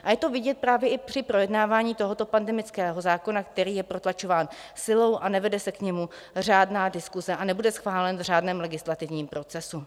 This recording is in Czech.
A je to vidět právě i při projednávání tohoto pandemického zákona, který je protlačování silou, nevede se k němu řádná diskuse a nebude schválen v řádném legislativním procesu.